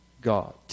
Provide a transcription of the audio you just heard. God